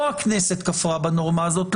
לא הכנסת כפרה בנורמה הזאת,